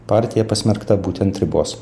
partija pasmerkta būti ant ribos